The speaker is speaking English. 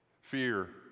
fear